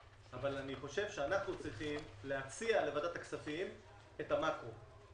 אבל אני חושב שאנחנו צריכים להציע לוועדת הכספים את המקרו.